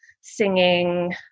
singing